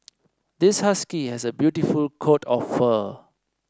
this husky has a beautiful coat of fur